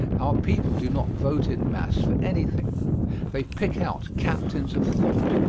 our people do not vote in mass for anything they pick out captains of thought,